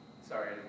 sorry